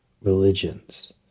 religions